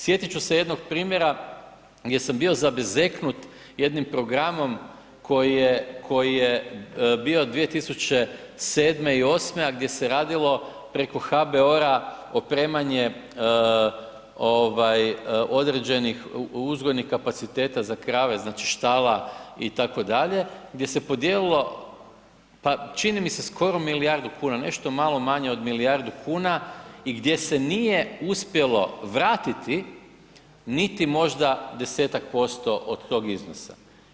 Sjetiti ću se jednog primjera gdje sam bio zabezeknut jednim programom koji je bio 2007. i 2008. a gdje se radilo preko HBOR-a opremanje određenih uzgojnih kapaciteta za krave, znači štala itd.., gdje se podijelilo, pa čini mi se skoro milijardu kuna, nešto malo manje od milijardu kuna i gdje se nije uspjelo vratiti niti možda 10-ak posto od tog iznosa.